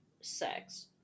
sex